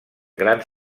grans